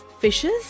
fishes